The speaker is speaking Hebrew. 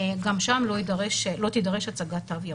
גם שם לא תידרש הצגת תו ירוק.